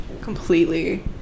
Completely